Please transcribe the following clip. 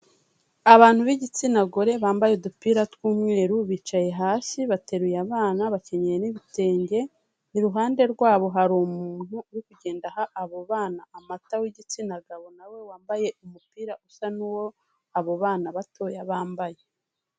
Abantu b'igitsina gore bambaye udupira tw'umweru, bicaye hasi bateruye abana bakenye n'ibitenge, iruhande rwabo hari umuntu uri kugenda uha abo bana amata w'igitsina gabo na we wambaye umupira usa n'uwo abo bana batoya bambaye.